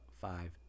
five